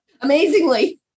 Amazingly